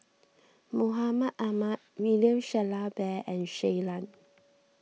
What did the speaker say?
Mahmud Ahmad William Shellabear and Shui Lan